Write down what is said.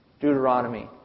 Deuteronomy